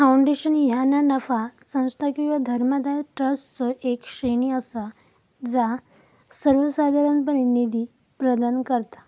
foundation ह्या ना नफा संस्था किंवा धर्मादाय ट्रस्टचो येक श्रेणी असा जा सर्वोसाधारणपणे निधी प्रदान करता